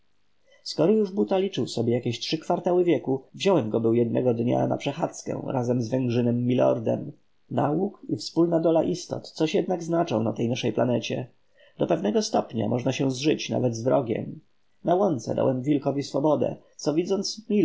skoro już buta liczył jakie trzy kwartały wieku wziąłem go był jednego dnia na przechadzkę razem z węgrzynem milordem nałóg i wspólna dola istot coś jednak znaczą na tej naszej planecie do pewnego stopnia można się zżyć nawet z wrogiem na łące dałem wilkowi swobodę co widząc